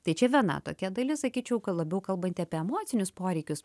tai čia viena tokia dalis sakyčiau labiau kalbanti apie emocinius poreikius